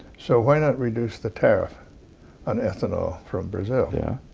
so why not reduce the tariff on ethanol from brazil? yeah,